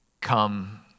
come